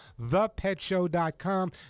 thepetshow.com